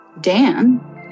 Dan